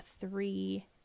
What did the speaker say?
three